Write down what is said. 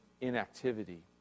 inactivity